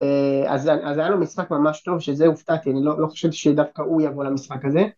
אז היה לו משחק ממש טוב שזה הופתעתי, אני לא חושב שדווקא הוא יבוא למשחק הזה.